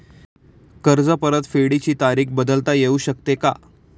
कर्ज परतफेडीची तारीख बदलता येऊ शकते का?